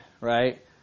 right